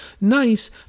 nice